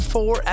Four